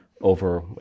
over